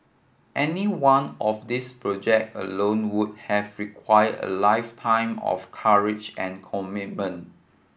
any one of these project alone would have require a lifetime of courage and commitment